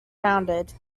founded